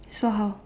so how